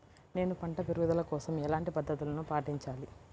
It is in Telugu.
నేను పంట పెరుగుదల కోసం ఎలాంటి పద్దతులను పాటించాలి?